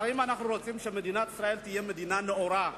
אם אנחנו רוצים שמדינת ישראל תהיה מדינה נאורה,